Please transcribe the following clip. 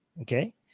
Okay